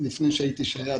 לפני שהייתי שייט,